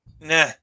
Nah